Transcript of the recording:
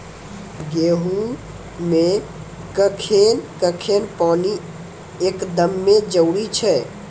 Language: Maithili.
गेहूँ मे कखेन कखेन पानी एकदमें जरुरी छैय?